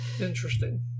Interesting